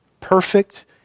perfect